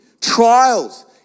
trials